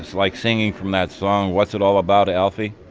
like singing from that song, what's it all about alfie?